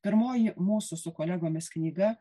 pirmoji mūsų su kolegomis knyga